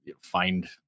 find